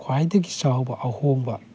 ꯈ꯭ꯋꯥꯏꯗꯒꯤ ꯆꯥꯎꯕ ꯑꯍꯣꯡꯕ